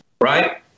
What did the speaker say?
right